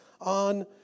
on